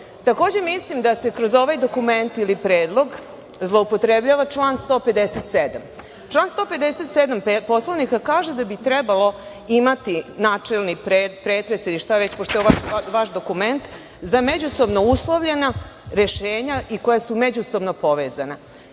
tome. Takođe, mislim da se kroz ovaj dokument ili predlog zloupotrebljava član 157. Član 157. Poslovnika kaže da bi trebalo imati načelni pretres ili šta već, pošto je ovo vaš dokument, za međusobno uslovljena rešenja i koja su međusobno povezana.